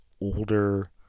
older